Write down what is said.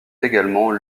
également